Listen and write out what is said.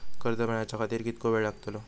कर्ज मेलाच्या खातिर कीतको वेळ लागतलो?